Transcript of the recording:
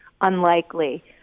unlikely